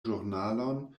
ĵurnalon